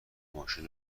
ماشین